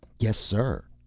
yes, sir,